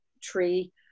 tree